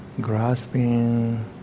grasping